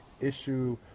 issue